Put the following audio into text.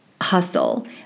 hustle